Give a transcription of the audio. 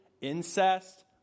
incest